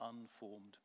unformed